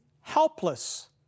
helpless